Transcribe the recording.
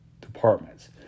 departments